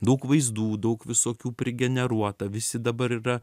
daug vaizdų daug visokių prigeneruota visi dabar yra